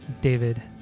David